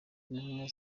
intumwa